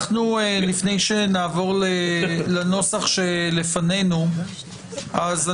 לפני שנעבור לנוסח שלפנינו, אנחנו